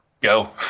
Go